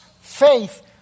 faith